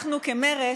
אנחנו, כמרצ,